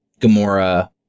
Gamora